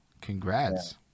congrats